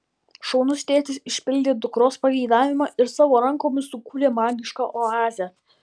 šaunus tėtis išpildė dukros pageidavimą ir savo rankomis sukūrė magišką oazę